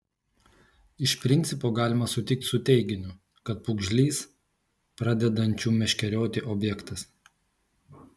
iš principo galima sutikti su teiginiu kad pūgžlys pradedančių meškerioti objektas